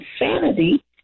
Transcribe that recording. insanity